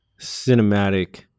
cinematic